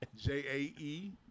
J-A-E